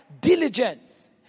diligence